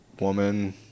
woman